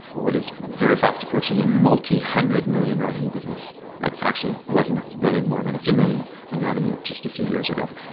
what is very fast approaching a multi-hundred million revenue business that actually wasn't really more than a few million in revenue just a few years ago.